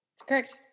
Correct